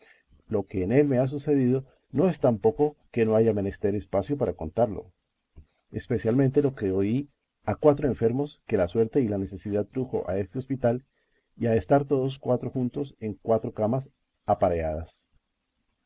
lo que en él me ha sucedido no es tan poco que no haya menester espacio para contallo especialmente lo que oí a cuatro enfermos que la suerte y la necesidad trujo a este hospital y a estar todos cuatro juntos en cuatro camas apareadas